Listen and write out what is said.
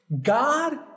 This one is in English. God